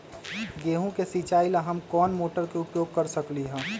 गेंहू के सिचाई ला हम कोंन मोटर के उपयोग कर सकली ह?